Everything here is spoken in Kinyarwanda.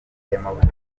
y’amavuko